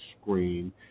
screen